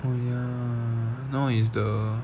oh ya now is the